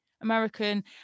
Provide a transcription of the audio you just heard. American